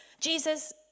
Jesus